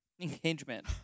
Engagement